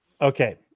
Okay